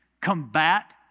combat